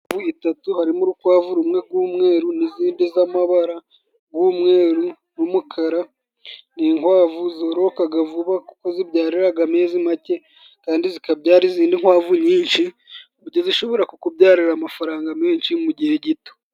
Mu itatu harimo urukwavu rumwe rw'umweru, n'izindi z'amabara y'umweru n'umukara. Ni inkwavu zororoka vuba kuko zibyarira amezi make, kandi zikabyara izindi nkwavu nyinshi, ku buryo zishobora kukubyarira amafaranga menshi mu gihe gito.